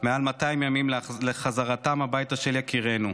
מעל 200 ימים לחזרתם הביתה של יקירנו,